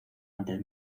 antes